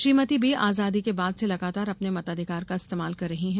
Shrimati B आजादी के बाद से लगातार अपने मताधिकार का इस्तेमाल कर रही हैं